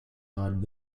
died